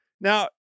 Now